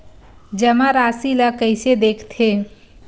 जमा राशि ला कइसे देखथे?